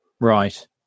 Right